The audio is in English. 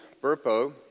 Burpo